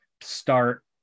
Start